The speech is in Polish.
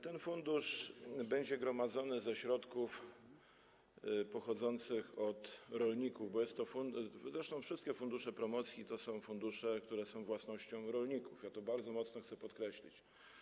Ten fundusz będzie gromadzony ze środków pochodzących od rolników, zresztą wszystkie fundusze promocji to są fundusze, które są własnością rolników, ja to bardzo mocno chcę podkreślić.